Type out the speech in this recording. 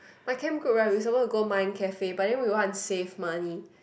my camp group right we suppose to go mind cafe but then we want to save money